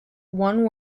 one